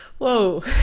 Whoa